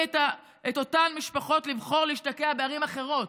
את אותן משפחות לבחור להשתקע בערים אחרות,